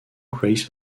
grace